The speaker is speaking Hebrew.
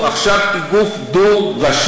ועכשיו היא גוף דו-ראשי,